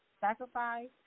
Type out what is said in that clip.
sacrifice